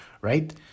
right